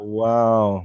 wow